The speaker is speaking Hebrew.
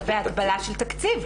אבל בהגבלה של תקציב,